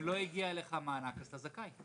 אם לא הגיע אליך המענק אז אתה זכאי.